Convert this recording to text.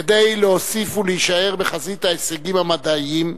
כדי להוסיף ולהישאר בחזית ההישגים המדעיים,